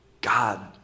God